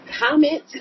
Comment